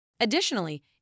Additionally